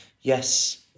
yes